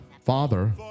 Father